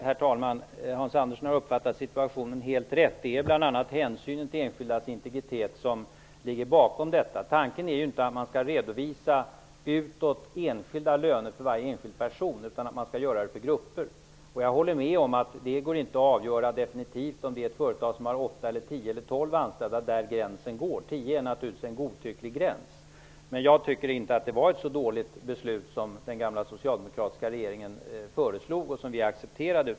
Herr talman! Hans Andersson har uppfattat situationen helt rätt. Det är bl.a. hänsynen till enskildas integritet som ligger bakom. Tanken är inte att utåt redovisa löner för varje enskild person. Redovisningen skall ske för varje grupp. Jag håller med om att det inte går att avgöra om gränsen skall gälla företag med åtta, tio eller tolv anställda. Tio är naturligtvis en godtycklig gräns. Men jag tycker inte att det var ett så dåligt beslut som den gamla socialdemokratiska regeringen föreslog och vi accepterade.